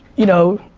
you know,